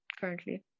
currently